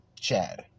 Chad